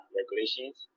regulations